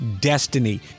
destiny